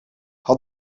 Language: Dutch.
had